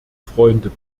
freunde